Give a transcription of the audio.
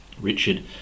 Richard